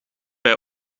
hij